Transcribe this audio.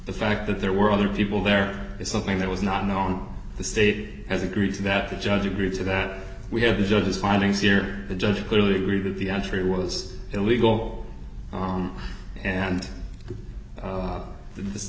the fact that there were other people there is something that was not known the state has agreed to that the judge agreed to that we have the judge's findings here the judge clearly agreed that the entry was illegal and that this